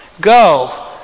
Go